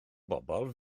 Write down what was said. bobl